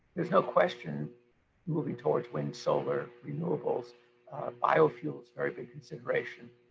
there's no question moving towards wind-solar renewables biofuels very big consideration.